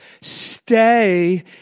stay